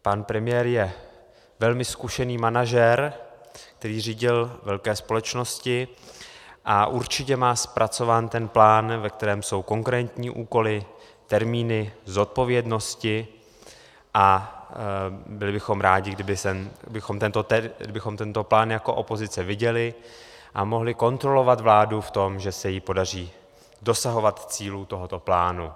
Pan premiér je velmi zkušený manažer, který řídil velké společnosti, a určitě má zpracován ten plán, ve kterém jsou konkrétní úkoly, termíny, zodpovědnosti, a byli bychom rádi, kdybychom tento plán jako opozice viděli a mohli kontrolovat vládu v tom, že se jí podaří dosahovat cílů tohoto plánu.